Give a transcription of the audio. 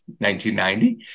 1990